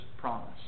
promise